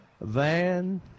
van